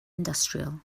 industrial